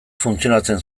funtzionatzen